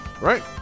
Right